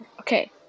Okay